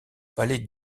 palais